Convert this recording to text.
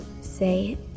say